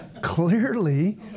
Clearly